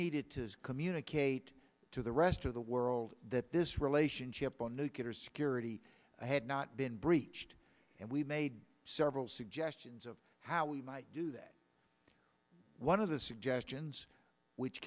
needed to communicate to the rest of the world that this relationship on nuclear security had not been breached and we made several suggestions of how we might do that one of the suggestions which